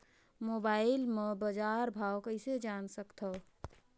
Mobile म बजार भाव कइसे जान सकथव?